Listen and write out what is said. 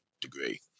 degree